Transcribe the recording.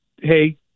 hey